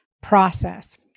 process